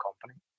company